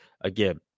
again